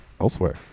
elsewhere